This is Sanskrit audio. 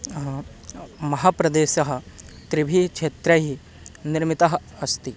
महाप्रदेशे त्रिभिः क्षेत्रैः निर्मितः अस्ति